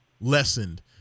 lessened